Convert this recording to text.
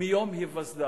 מיום היווסדה.